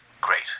great